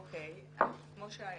שלך.